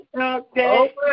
Okay